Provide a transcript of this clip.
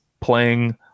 playing